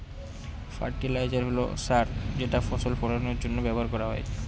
fertiliser হল সার যেটা ফসল ফলানের জন্য ব্যবহার করা হয়